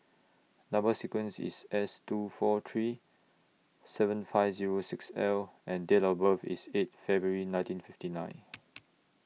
Number sequence IS S two four three seven five Zero six L and Date of birth IS eight February nineteen fifty nine